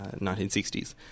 1960s